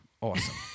awesome